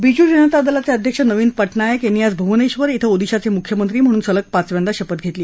बीजू जनता दलाचे अध्यक्ष नवीन पटनायक यांनी आज भूवनेश्वर क्षे ओदिशाचे मुख्यमंत्री म्हणून सलग पाचव्यांदा शपथ घेतली